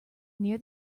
near